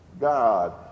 God